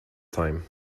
time